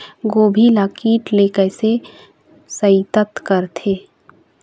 गोभी ल कीट ले कैसे सइत करथे?